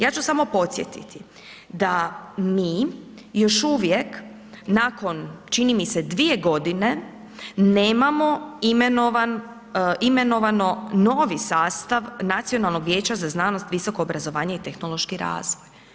Ja ću samo podsjetiti da mi još uvijek nakon čini mi se, 2 g. nemamo imenovano novi sastav Nacionalnog vijeća za znanost, visoko obrazovanje i tehnološki razvoj.